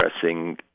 pressing